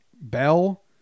Bell